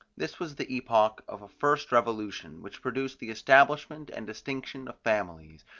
this was the epoch of a first revolution, which produced the establishment and distinction of families,